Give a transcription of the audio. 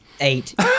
Eight